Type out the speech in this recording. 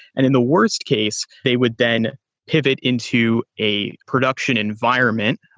and in the worst case, they would then pivot into a production environment,